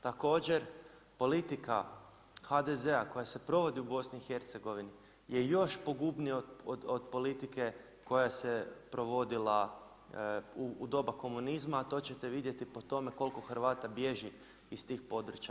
Također politika HDZ-a koja se provodi u BIH, gdje je još pogubnije od politike koja se provodila u doba komunizma, to ćete vidjeti po tome koliko Hrvata bilježi iz tih područja.